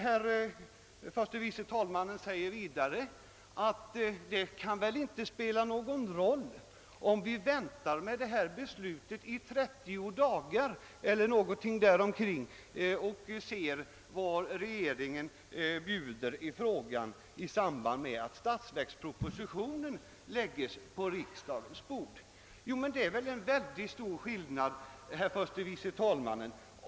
Herr förste vice talmannen Cassel säger vidare att det väl inte kan spela någon roll om vi väntar med detta beslut i trettio dagar eller däromkring för att se vad regeringen bjuder i frågan i samband med att statsverkspropositionen läggs på riksdagens bord. Det är väl en mycket stor skillnad, herr förste vice talman!